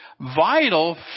vital